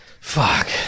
Fuck